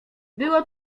było